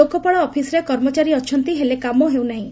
ଲୋକପାଳ ଅଫିସରେ କର୍ମଚାରୀ ଅଛନ୍ତି ହେଲେ କାମ ହେଇ ନାହିଁ